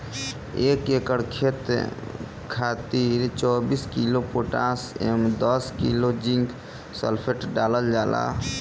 एक एकड़ खेत खातिर चौबीस किलोग्राम पोटाश व दस किलोग्राम जिंक सल्फेट डालल जाला?